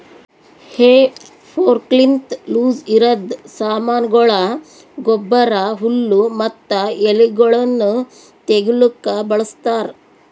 ಹೇ ಫೋರ್ಕ್ಲಿಂತ ಲೂಸಇರದ್ ಸಾಮಾನಗೊಳ, ಗೊಬ್ಬರ, ಹುಲ್ಲು ಮತ್ತ ಎಲಿಗೊಳನ್ನು ತೆಗಿಲುಕ ಬಳಸ್ತಾರ್